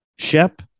Shep